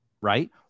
right